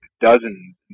dozens